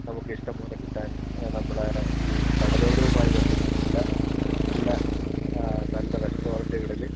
നമുക്ക് ഇഷ്ടംപോലെ കിട്ടാൻ നമ്മുടെ ഈ കടലോരവുമായി ബന്ധപ്പെട്ടുള്ള എല്ലാ നല്ല റെസ്റ്റോറൻ്റുകളിൽ